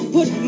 Put